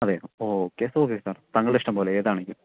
അതെ okay yes okay sir താങ്കളുടെ ഇഷ്ടംപോലെ ഏതാണെങ്കിലും